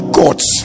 gods